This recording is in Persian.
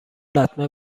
لطمه